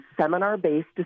seminar-based